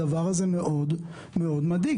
הדבר הזה מאוד מאוד מדאיג.